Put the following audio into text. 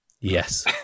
Yes